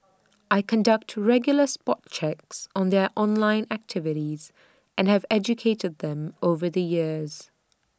I conduct to regular spot checks on their online activities and have educated them over the years